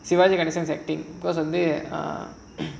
sivaji ganesan acting because